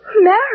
Married